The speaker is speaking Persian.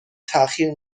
تاخیر